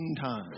time